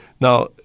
now